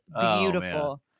beautiful